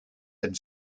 and